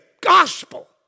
gospel